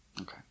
Okay